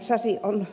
nythän ed